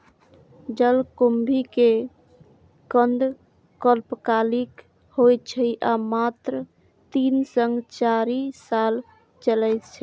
जलकुंभी के कंद अल्पकालिक होइ छै आ मात्र तीन सं चारि साल चलै छै